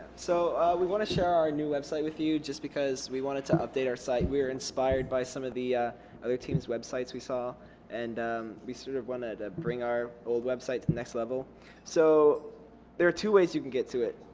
so we want to share our new website with you just because we wanted to update our site. we are inspired by some of the other teams websites we saw and we sort of wanted to bring our old website to the next level so there are two ways you can get to it.